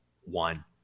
one